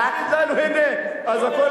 חבר